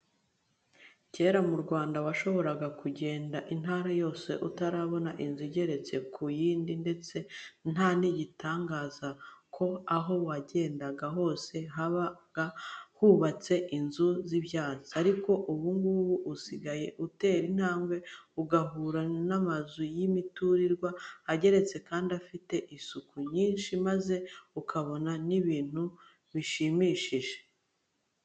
Kera mu Rwanda washoboraga kugenda intara yose utarabona inzu igeretse ku yindi ndetse nta gitangaza ko aho wagendaga hose habaga hubatse inzu z'ibyatsi, ariko ubu ngubu usigaye utera intambwe ugahura n'amazu y'imiturirwa ageretse kandi afite isuku nyinshi maze ukabona ni ibintu bishimishije.